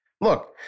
look